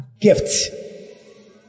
gift